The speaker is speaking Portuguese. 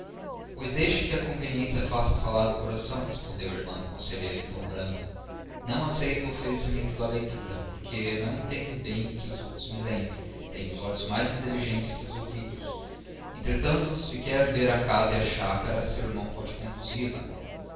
pois deixe que a convivência faça falar o coração respondeu a irmã do conselheiro em tom brando não aceito o oferecimento da leitura porque não entendo bem o que os outros me lêem tenho os olhos mais inteligentes que os ouvidos entretanto se quer ver a casa e a chácara seu irmão pode conduzi la